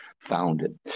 founded